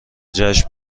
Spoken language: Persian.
جشن